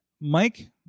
Mike